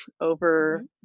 over